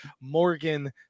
Morgan